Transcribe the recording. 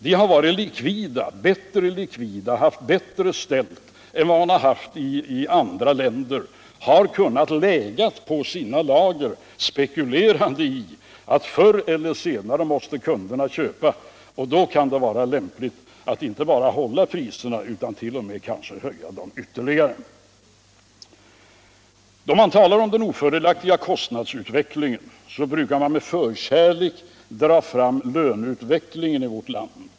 De har varit bättre likvida, haft det bättre ställt än man har haft i andra länder. De har kunnat ligga på sina lager. spekulerande i att kunderna förr eller senare måste köpa, och då kan det vara lämpligt att inte bara hålla priserna utan kanske t.o.m. höja dem vytterligare. Då man talar om den ofördelaktiga kostnadsutvecklingen brukar man med förkärlek dra fram löneutvecklingen i vårt land.